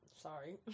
sorry